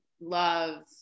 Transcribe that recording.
love